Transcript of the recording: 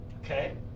okay